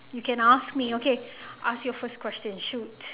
you can ask me okay ask your first question shoot